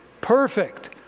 Perfect